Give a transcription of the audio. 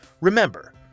remember